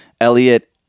Elliot